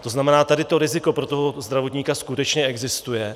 To znamená, tady to riziko pro toho zdravotníka skutečně existuje.